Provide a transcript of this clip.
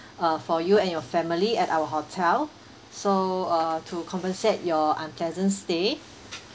uh for you and your family at our hotel so uh to compensate your unpleasant stay